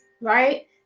right